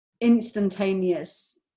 instantaneous